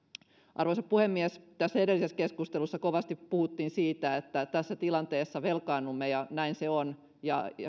arvoisa puhemies edellisessä keskustelussa kovasti puhuttiin siitä että tässä tilanteessa velkaannumme ja näin se on